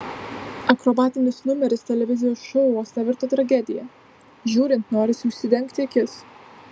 akrobatinis numeris televizijos šou vos nevirto tragedija žiūrint norisi užsidengti akis